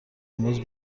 امروز